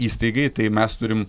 įstaigai tai mes turim